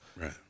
Right